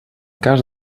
cas